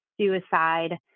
Suicide